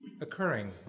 occurring